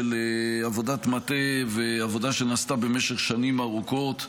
עבודת מטה ועבודה שנעשתה במשך שנים ארוכות,